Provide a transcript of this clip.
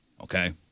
okay